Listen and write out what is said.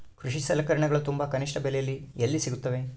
ಕೃಷಿ ಸಲಕರಣಿಗಳು ತುಂಬಾ ಕನಿಷ್ಠ ಬೆಲೆಯಲ್ಲಿ ಎಲ್ಲಿ ಸಿಗುತ್ತವೆ?